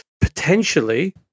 Potentially